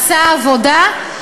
עשה עבודה,